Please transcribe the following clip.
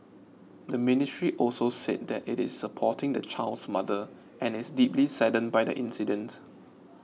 the Ministry also said that it is supporting the child's mother and is deeply saddened by the incident